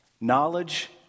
Knowledge